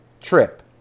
trip